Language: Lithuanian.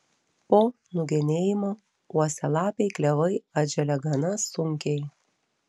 po nugenėjimo uosialapiai klevai atželia gana sunkiai